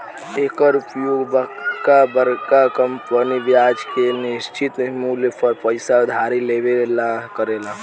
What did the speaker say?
एकर उपयोग बरका बरका कंपनी ब्याज के निश्चित मूल पर पइसा उधारी लेवे ला करेले